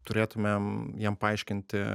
turėtumėm jiem paaiškinti